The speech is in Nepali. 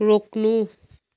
रोक्नु